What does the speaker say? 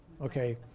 Okay